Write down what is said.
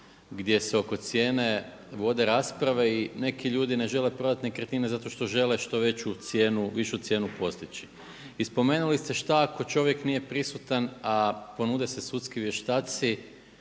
gdje se oko cijene vode rasprave i neki ljudi ne žele prodati nekretnine zato što žele što veću cijenu, višu cijenu postići. I spomenuli ste šta ako čovjek nije prisutan a ponude se sudski vještaci